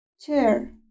Chair